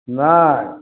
नहि